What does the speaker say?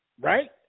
right